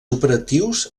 operatius